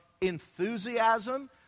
enthusiasm